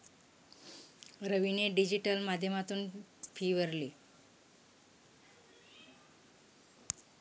रवीने डिजिटल माध्यमातून फी भरली